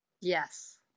yes